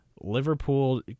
Liverpool